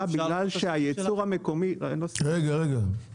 בגלל שהייצור המקומי פחת.